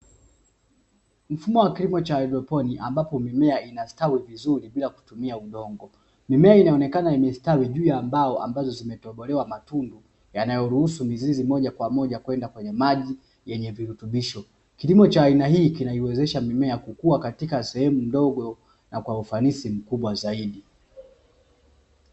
Mfumo wa kilimo cha haidroponi ambapo mimea inastawi vizuri bila kutumia udongo. Mimea inaonekana imestawi juu ya mbao ambazo zimetobolewa matundu yanayoruhusu mizizi kwenda moja kwa moja kwenye maji yenye virutubisho. Kilimo cha aina hii kinaiwezesha mimea kukua katika sehemu ndogo na kwa ufanisi zaidi.